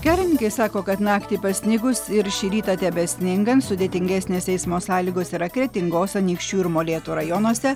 kelininkai sako kad naktį pasnigus ir šį rytą tebesningant sudėtingesnės eismo sąlygos yra kretingos anykščių ir molėtų rajonuose